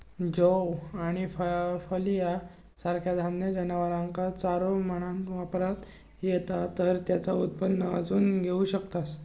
जौ आणि फलिया सारखा धान्य जनावरांका चारो म्हणान वापरता येता तर तेचा उत्पन्न अजून घेऊ शकतास